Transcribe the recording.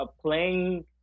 playing